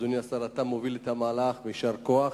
אדוני השר, אתה מוביל את המהלך, ויישר כוח.